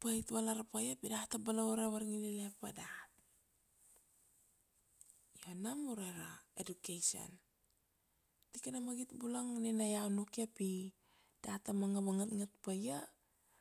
pait valar paia pi dat ta balaure vargiliane pa dat, io nom ura ra education tikana magit bulong nina iau nukia pi dat ta manga vangangat pa ia,